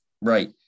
Right